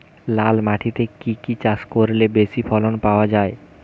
লাল মাটিতে কি কি চাষ করলে বেশি ফলন পাওয়া যায়?